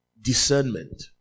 Discernment